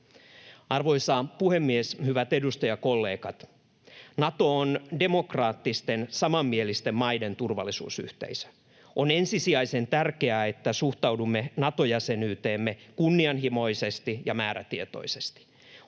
Arvoisa puhemies! Hyvät edustajakollegat! Nato on demokraattisten, samanmielisten maiden turvallisuusyhteisö. On ensisijaisen tärkeää, että suhtaudumme Nato-jäsenyyteemme kunnianhimoisesti ja määrätietoisesti.